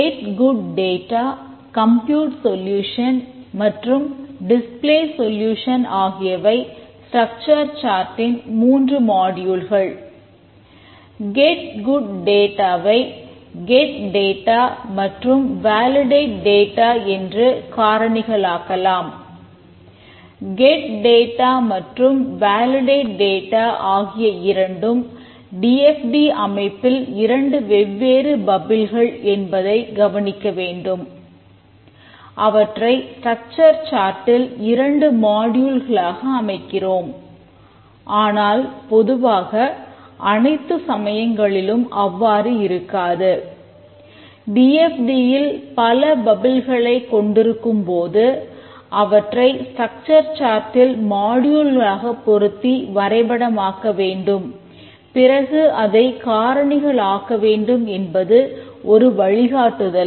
get good data பொருத்தி வரைபடமாக்க வேண்டும் பிறகு அதை காரணிகள் ஆக்க வேண்டும் என்பது ஒரு வழிகாட்டுதலே